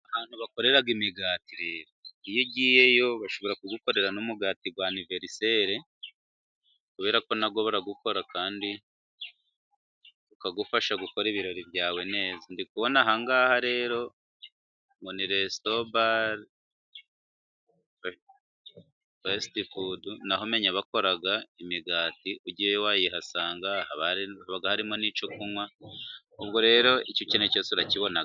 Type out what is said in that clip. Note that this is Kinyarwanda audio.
Ahantu bakorera imigati rero, iyo ugiyeyo bashobora kugukorera n'umugati w'aniveriseri kubera ko na wo barawukora kandi ukagufasha gukora ibirori byawe neza. Ndi kubona aha ngaha rero ngo ni resitobare, fasiti fudu, na ho umenya bakoraga imigati, ugiye wayihasanga. Haba harimo n'icyo kunywa, ubwo rero icyo ukeneye cyose urakibona.